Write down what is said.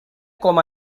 com